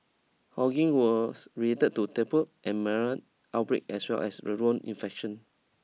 hawking was related to and outbreak as well as infection